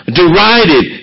derided